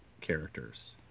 characters